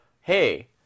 hey